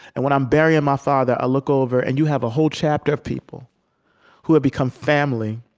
and when i'm burying my father, i look over, and you have a whole chapter of people who have become family,